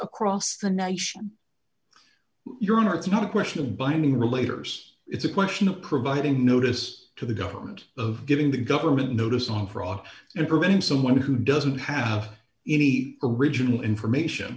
across the nation your honor it's not a question of binding relator it's a question of providing notice to the government of giving the government notice on fraud and preventing someone who doesn't have any original information